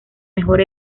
mejor